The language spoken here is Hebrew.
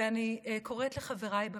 ואני קוראת לחבריי בממשלה: